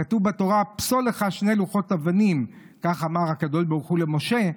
כתוב בתורה: "פְּסָל לך שני לֻחֹת אבנים" כך אמר הקדוש ברוך הוא למשה.